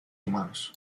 humanos